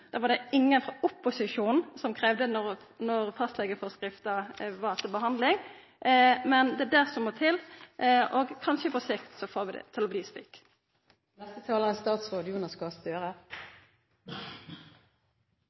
Det var det ingen frå opposisjonen som krevde, da fastlegeforskrifta vart behandla, men det er dét som må til, og på sikt får vi det kanskje til å verta slik. Legevakt er